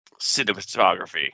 cinematography